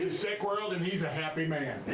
sick world and he's a happy man.